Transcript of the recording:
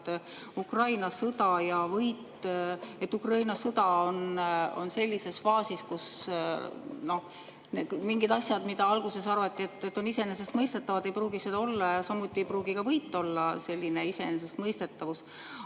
et Ukraina sõda on sellises faasis, kus mingid asjad, mille kohta alguses arvati, et nad on iseenesestmõistetavad, ei pruugi seda olla, ja samuti ei pruugi võit olla iseenesestmõistetavus.